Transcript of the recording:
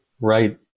Right